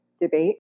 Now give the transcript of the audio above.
debate